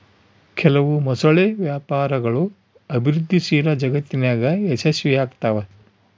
ಕೆಲವು ಮೊಸಳೆ ವ್ಯಾಪಾರಗಳು ಅಭಿವೃದ್ಧಿಶೀಲ ಜಗತ್ತಿನಾಗ ಯಶಸ್ವಿಯಾಗ್ತವ